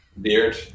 beard